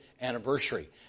anniversary